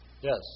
Yes